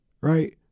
Right